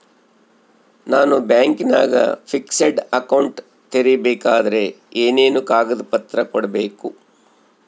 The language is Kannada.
ನಾನು ಬ್ಯಾಂಕಿನಾಗ ಫಿಕ್ಸೆಡ್ ಅಕೌಂಟ್ ತೆರಿಬೇಕಾದರೆ ಏನೇನು ಕಾಗದ ಪತ್ರ ಕೊಡ್ಬೇಕು?